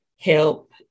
help